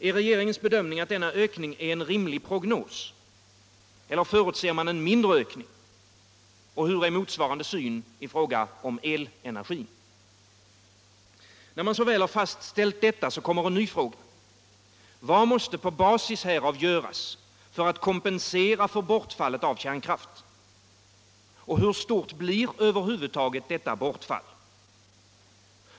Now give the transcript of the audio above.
Är regeringens bedömning, att denna ökning är en rimlig prognos? Eller förutser man en mindre ökning? Hur är motsvarande syn i fråga om elencergin? När man väl har fastställt detta kommer en ny fråga: Vad måste på basis därav göras för att kompensera för bortfallet av kärnkraft? Hur stort blir över huvud taget detta bortfall?